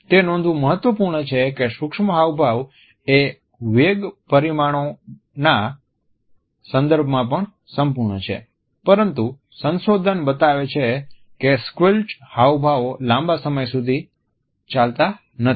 તે નોંધવું મહત્વપૂર્ણ છે કે સૂક્ષ્મ હાવભાવ એ વેગ પરિમાણોના સંદર્ભમાં સંપૂર્ણ છે પરંતુ સંશોધન બતાવે છે કે સ્ક્વેલ્ચ હાવભાવો લાંબા સમય સુધી ચાલતા નથી